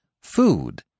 Food